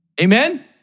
Amen